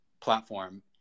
platform